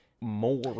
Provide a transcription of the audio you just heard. more